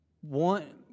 one